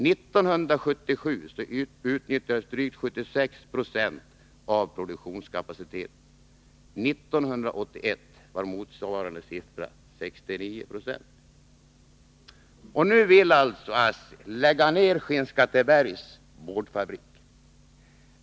1977 utnyttjades drygt 76 96 av produktionskapaciteten. 1981 var motsvarande siffra 69 90. Nu vill alltså ASSI lägga ned Skinnskattebergs boardfabrik.